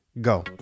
go